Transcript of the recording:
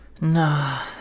nah